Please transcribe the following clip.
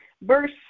verse